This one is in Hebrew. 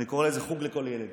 אני קורא לו "חוג לכל ילד".